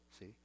See